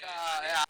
ישראל".